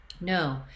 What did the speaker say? no